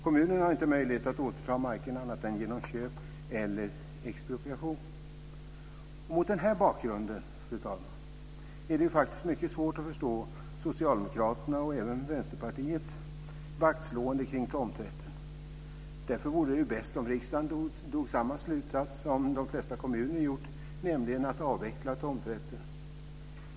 Kommunen har inte möjlighet att återta marken annat än genom köp och expropriation. Fru talman! Mot denna bakgrund är det mycket svårt att förstå Socialdemokraternas och även Vänsterpartiets vaktslående kring tomträtten. Därför vore det bäst om riksdagen drog samma slutsats om de flesta kommuner gjort, nämligen att avveckla tomträtten.